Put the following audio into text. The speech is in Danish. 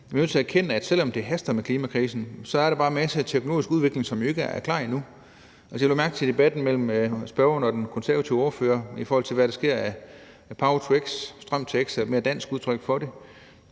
vi er nødt til at erkende, at selv om det haster med klimakrisen, er der bare masser af teknologisk udvikling, som jo ikke er klar endnu. Jeg lagde mærke til debatten mellem spørgeren og den konservative ordfører om, hvad der sker i forhold til power-to-x, strøm til x, som er et dansk udtryk for det,